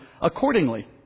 accordingly